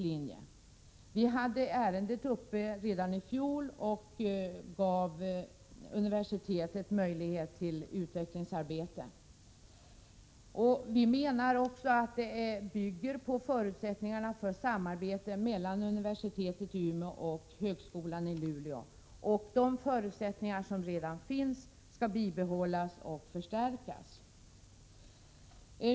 Vi hade 23 ärendet uppe redanii fjol och gav då universitetet möjlighet till utvecklingsarbete. Vi menar att även denna linje bygger på förutsättningarna för samarbete mellan universitetet i Umeå och högskolan i Luleå. De förutsättningar som redan finns skall bibehållas och förstärkas.